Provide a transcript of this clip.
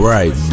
Right